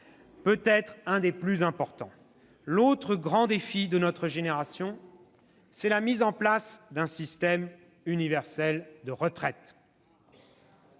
peut-être un des plus importants. « L'autre grand défi de notre génération, c'est la mise en place d'un système universel de retraites.